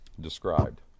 described